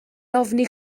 ofni